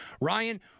Ryan